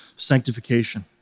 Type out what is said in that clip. sanctification